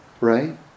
Right